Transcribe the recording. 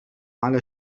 على